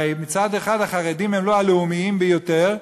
הרי מצד אחד החרדים הם לא הלאומיים ביותר,